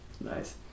nice